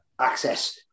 access